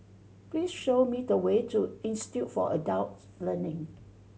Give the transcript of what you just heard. please show me the way to Institute for Adult Learning